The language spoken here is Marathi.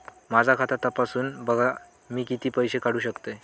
माझा खाता तपासून बघा मी किती पैशे काढू शकतय?